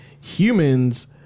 humans